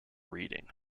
reading